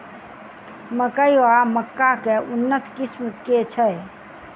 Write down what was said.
मकई वा मक्का केँ उन्नत किसिम केँ छैय?